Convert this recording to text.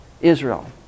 Israel